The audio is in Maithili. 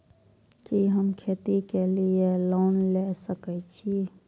कि हम खेती के लिऐ लोन ले सके छी?